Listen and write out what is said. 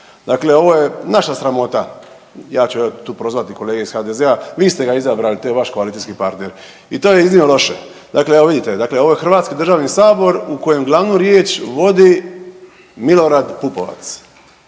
Dakle, ovo je naša sramota ja ću tu prozvati kolege iz HDZ-a, vi ste ga izabrali to je vaš koalicijski partner i to je iznimno loše. Dakle, evo vidite ovo je Hrvatski državni sabor u kojem glavnu riječ vodi Milorad Pupovac.